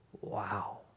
wow